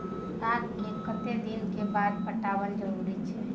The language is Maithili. बाग के कतेक दिन के बाद पटवन जरूरी छै?